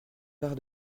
part